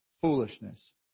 foolishness